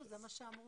20% זה מה שאמרו.